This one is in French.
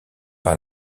par